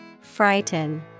Frighten